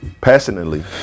Passionately